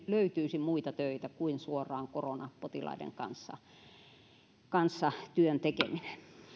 löytyisi muita töitä kuin suoraan korona potilaiden kanssa kanssa työn tekeminen